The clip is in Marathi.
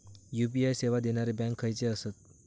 यू.पी.आय सेवा देणारे बँक खयचे आसत?